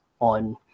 on